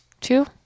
Two